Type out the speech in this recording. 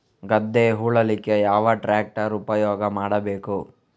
ಗದ್ದೆ ಉಳಲಿಕ್ಕೆ ಯಾವ ಟ್ರ್ಯಾಕ್ಟರ್ ಉಪಯೋಗ ಮಾಡಬೇಕು?